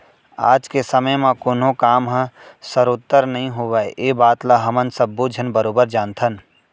आज के समे म कोनों काम ह सरोत्तर नइ होवय ए बात ल हमन सब्बो झन बरोबर जानथन